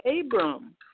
Abram